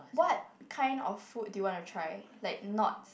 what kind of food do you want to try like not